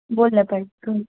बोललं पाहिजे